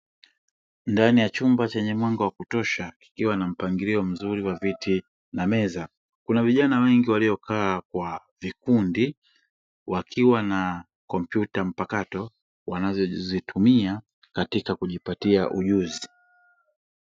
Ndani ya chumba chenye mwanga wa kutosha kikiwa na mpangilio mzuri wa viti na meza, kuna vijana wengi waliokaa kwa vikundi wakiwa na kompyuta mpakato wanazozitumia katika kujipatia ujuzi.